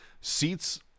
seats